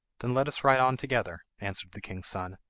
then let us ride on together answered the king's son.